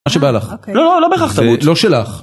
‫מה שבא לך. ‫-אוקיי. ‫לא, לא, לא בהכרח תרבות, לא שלך.